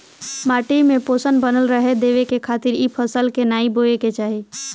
माटी में पोषण बनल रहे देवे खातिर ए फसल के नाइ बोए के चाही